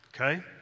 Okay